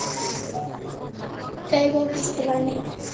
कय गो किस्त बानी?